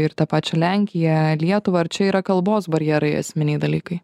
ir tą pačią lenkiją lietuvą ar čia yra kalbos barjerai esminiai dalykai